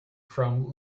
from